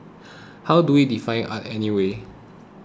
how do we define art anyway